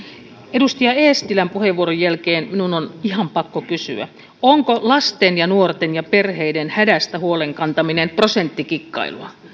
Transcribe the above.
edustaja eestilän puheenvuoron jälkeen minun on ihan pakko kysyä onko lasten ja nuorten ja perheiden hädästä huolen kantaminen prosenttikikkailua